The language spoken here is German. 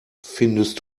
findest